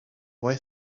boy